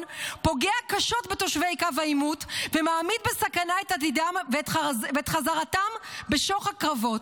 פוגע קשות בתושבי קו העימות ומעמיד בסכנה את עתידם ואת חזרתם בשוך הקרבות.